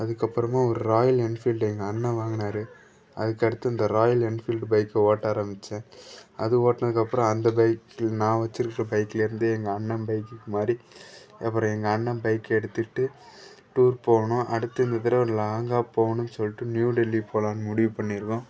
அதுக்கப்புறமா ஒரு Royal Enfield எங்கள் அண்ணன் வாங்குனார் அதுக்கு அடுத்து அந்த ராயல் என்ஃபீல்டு பைக்கை ஓட்ட ஆரம்பித்தேன் அது ஓட்டினதுக்கப்பறம் அந்த பைக்கு நான் வச்சிருக்கிற பைக்லேருந்து எங்கள் அண்ணன் பைக்குக்கு மாறி அப்பறம் எங்கள் அண்ணன் பைக்கை எடுத்துட்டு டூர் போனோம் அடுத்து இந்தத் தடவை லாங்காக போகணுன்னு சொல்லிட்டு நியூ டெல்லி போகலான்னு முடிவு பண்ணியிருக்கோம்